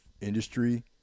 industry